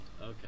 Okay